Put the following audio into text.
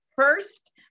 first